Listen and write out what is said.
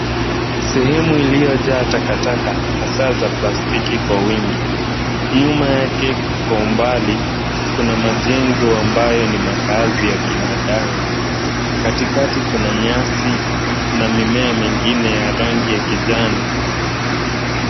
Sehemu iliyojaa takataka hasa za plastiki kwa wingi. Nyuma yake kwa umbali, kuna majengo ambayo ni makaazi ya binadamu. Katikati kuna nyasi na mimea mingine ya rangi ya kijani.